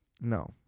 No